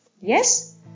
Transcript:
yes